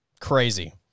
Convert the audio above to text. Crazy